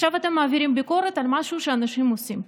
ועכשיו אתם מעבירים ביקורת על משהו שאנשים עושים.